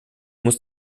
muss